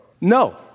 No